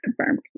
confirmed